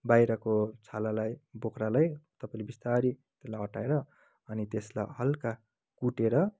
बाहिरको छालालाई बोक्रालाई तपाईँले बिस्तारै त्यसलाई हटाएर अनि त्यसलाई हल्का कुटेर